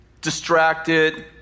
distracted